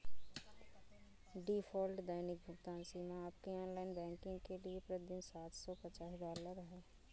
default दैनिक भुगतान सीमा आपके ऑनलाइन बैंकिंग के लिए प्रति दिन सात सौ पचास डॉलर है